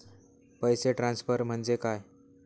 पैसे ट्रान्सफर म्हणजे काय?